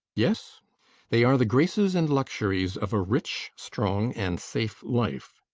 yes they are the graces and luxuries of a rich, strong, and safe life.